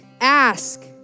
ask